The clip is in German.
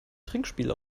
trinkspiel